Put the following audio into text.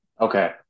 okay